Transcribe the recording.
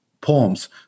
poems